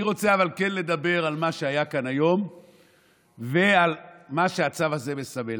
אבל אני כן רוצה לדבר על מה שהיה כאן היום ועל מה שהצו הזה מסמל.